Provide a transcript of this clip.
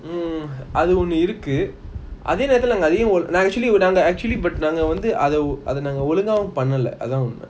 mm அது ஒன்னு இருக்கு அதே நேரத்துல:athu onu iruku athey nearathula act~ actually நாங்க வந்து நாங்க அத ஒழுங்கவும் பண்ணல அதன் உண்மை:nanga vanthu nanga atha olungavum pannala athan unma